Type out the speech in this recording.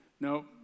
No